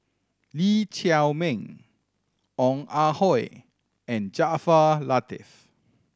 Lee Chiaw Meng Ong Ah Hoi and Jaafar Latiff